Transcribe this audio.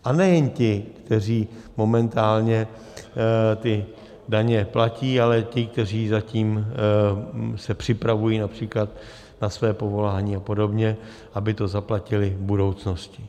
A nejen ti, kteří momentálně ty daně platí, ale i ti, kteří zatím se připravují například na své povolání a podobně, aby to zaplatili v budoucnosti.